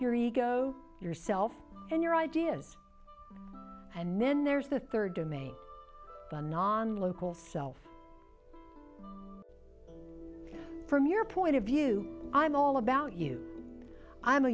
e your ego yourself and your ideas and then there's the third domain non local self from your point of view i'm all about you i'm a